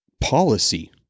policy